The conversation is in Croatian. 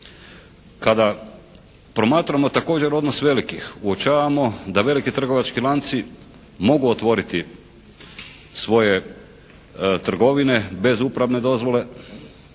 Kada promatramo također odnos velikih uočavamo da veliki trgovački lanci mogu otvoriti svoje trgovine bez uporabne dozvole.